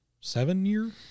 seven-year